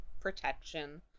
protection